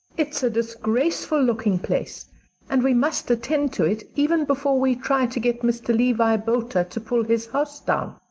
it's a disgraceful looking place and we must attend to it even before we try to get mr. levi boulder to pull his house down.